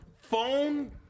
phone